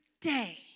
day